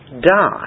die